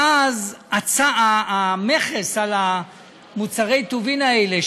אז המכס על מוצרי הטובין האלה,